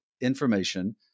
information